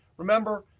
remember,